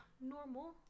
normal